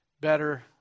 better